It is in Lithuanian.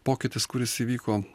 pokytis kuris įvyko